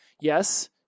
yes